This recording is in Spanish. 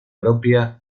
propia